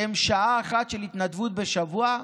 שהן שעה אחת של התנדבות בשבוע,